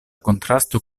kontrasto